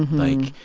like,